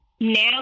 now